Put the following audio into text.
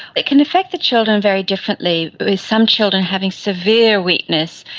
it can affect the children very differently, with some children having severe weakness,